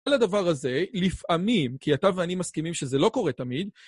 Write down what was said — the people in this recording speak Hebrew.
על הדבר הזה, לפעמים, כי אתה ואני מסכימים שזה לא קורה תמיד,